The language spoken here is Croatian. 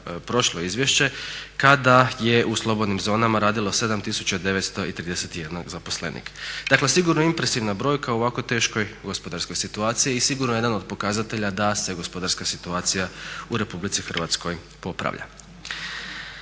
prošlo izvješće kada je u slobodnim zonama radilo 7931 zaposlenik. Dakle, sigurno impresivna brojka u ovako teškoj gospodarskoj situaciji i sigurno jedan od pokazatelja da se gospodarska situacija u RH popravlja.